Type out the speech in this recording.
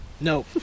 No